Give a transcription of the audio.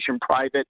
private